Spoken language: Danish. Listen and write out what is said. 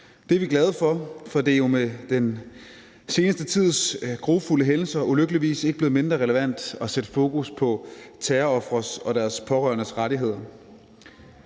Det er vi glade for, for det er jo med den seneste tids grufulde hændelser ulykkeligvis ikke blevet mindre relevant at sætte fokus på terrorofres og deres pårørendes rettigheder.